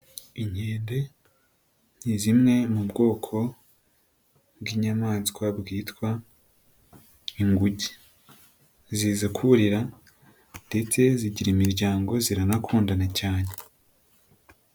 Inkende ni zimwe mu bwoko bw'inyamaswa bwitwa inguge, zizikurira ndetse zigira imiryango ziranakundana cyane.